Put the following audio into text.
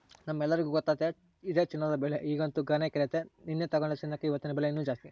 ನಮ್ಮೆಲ್ಲರಿಗೂ ಗೊತ್ತತೆ ಇದೆ ಚಿನ್ನದ ಬೆಲೆ ಈಗಂತೂ ಗಗನಕ್ಕೇರೆತೆ, ನೆನ್ನೆ ತೆಗೆದುಕೊಂಡ ಚಿನ್ನಕ ಇವತ್ತಿನ ಬೆಲೆ ಇನ್ನು ಜಾಸ್ತಿ